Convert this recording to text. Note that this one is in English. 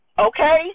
Okay